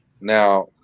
Now